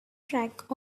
track